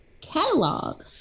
catalog